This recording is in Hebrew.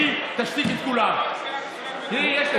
היא תשתיק את כולם, יש לה את זה.